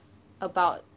about